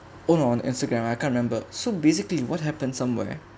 or on instagram I can't remember so basically what happened somewhere